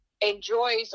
enjoys